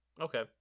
Okay